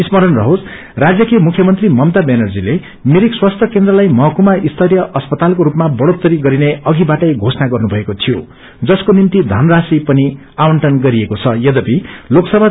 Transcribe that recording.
स्मरण रहोस राण्यकी कुख्यमंत्री ममता वनर्जीले मिरिक स्वस्य केन्द्रलाई महकुममा स्तरीय अस्पतालको रूपमा बढ़ेत्तरी गरिने अधिवाटै घोषणा गर्नुभएको थियो जसको निम्ति धनराशी पनि आवण्टन गरिएको छ यद्यपि लोकसी